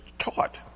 taught